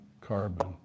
carbon